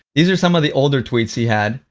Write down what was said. these are some of the older tweets he had,